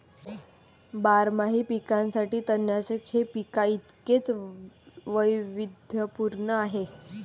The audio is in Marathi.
बारमाही पिकांसाठी तणनाशक हे पिकांइतकेच वैविध्यपूर्ण आहे